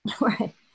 Right